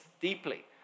deeply